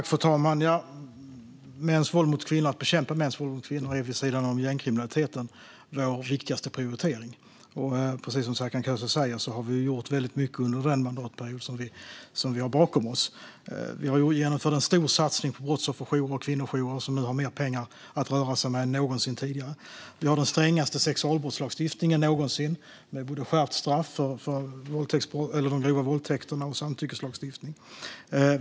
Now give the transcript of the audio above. Fru talman! Att bekämpa mäns våld mot kvinnor är vår viktigaste prioritering vid sidan av gängkriminaliteten. Precis som Serkan Köse säger har vi gjort väldigt mycket under den mandatperiod som vi har bakom oss. Vi har genomfört en stor satsning på brottsofferjourer och kvinnojourer, som nu har mer pengar att röra sig med än någonsin tidigare. Vi har den strängaste sexualbrottslagstiftningen någonsin, med både skärpt straff för de grova våldtäkterna och samtyckeslagstiftning.